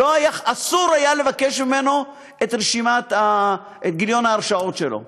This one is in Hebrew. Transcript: אסור היה לבקש ממנו את גיליון ההרשעות שלו.